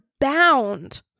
bound